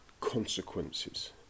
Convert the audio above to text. consequences